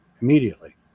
immediately